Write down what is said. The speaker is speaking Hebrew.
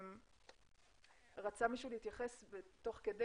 מישהו רצה להתייחס תוך כדי